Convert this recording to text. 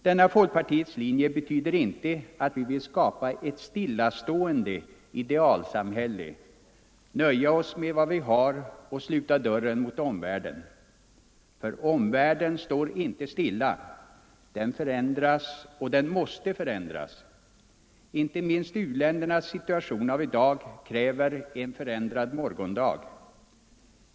Denna folkpartiets linje betyder inte att vi vill skapa ett stillastående idealsamhälle, nöja oss med vad vi har och sluta dörren mot omvärlden. Omvärlden står ju inte stilla, den förändras och måste förändras. Inte minst u-ländernas situation av i dag kräver en förändrad morgondag.